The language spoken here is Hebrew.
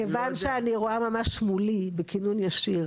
מכיוון שאני רואה ממש מולי בכינון ישיר,